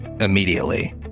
immediately